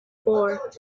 for